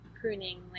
pruning